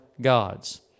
God's